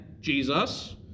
Jesus